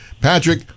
Patrick